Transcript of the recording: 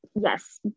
Yes